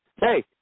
Hey